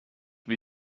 wie